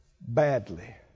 badly